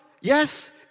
Yes